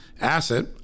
asset